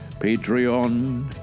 Patreon